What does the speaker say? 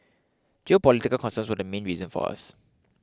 geopolitical concerns were the main reason for us